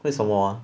为什么 ah